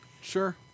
Sure